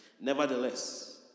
Nevertheless